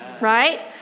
right